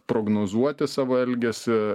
prognozuoti savo elgesį